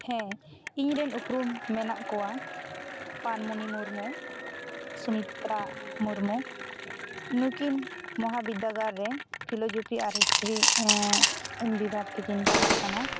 ᱦᱮᱸ ᱤᱧ ᱨᱮᱱ ᱩᱯᱩᱨᱩᱢ ᱢᱮᱱᱟᱜ ᱠᱚᱣᱟ ᱯᱟᱱᱢᱩᱱᱤ ᱢᱩᱨᱢᱩ ᱥᱩᱢᱤᱛᱨᱟ ᱢᱩᱨᱢᱩ ᱱᱩᱠᱤᱱ ᱢᱚᱦᱟᱵᱤᱨᱫᱟᱹᱜᱟᱲ ᱨᱮ ᱯᱷᱤᱞᱚᱡᱚᱯᱷᱤ ᱟᱨ ᱦᱤᱥᱴᱨᱤ ᱵᱤᱵᱷᱟᱜᱽ ᱛᱮᱠᱤᱱ ᱯᱟᱲᱦᱟᱜ ᱠᱟᱱᱟ